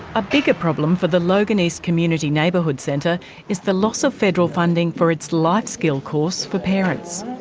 a bigger problem for the logan east community neighbourhood centre is the loss of federal funding for its life-skills course for parents.